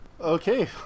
Okay